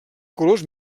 colors